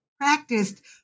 practiced